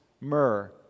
myrrh